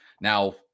Now